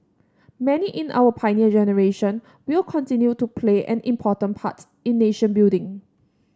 many in our Pioneer Generation will continue to play an important parts in nation building